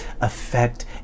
affect